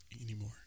anymore